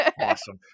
Awesome